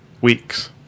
weeks